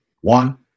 one